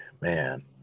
man